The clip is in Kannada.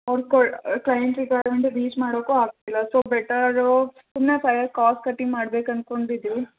ಅವ್ರ ಕ್ಲೈಂಟ್ ರಿಕ್ವೈರ್ಮೆಂಟ್ಗೆ ರೀಚ್ ಮಾಡೋಕ್ಕು ಆಗ್ತಿಲ್ಲ ಸೊ ಬೆಟರು ಸುಮ್ಮನೆ ಫೈರ್ ಕಾಸ್ಟ್ ಕಟಿಂಗ್ ಮಾಡಬೇಕನ್ಕೊಂಡಿದಿವಿ